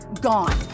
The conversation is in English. gone